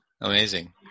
Amazing